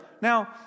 Now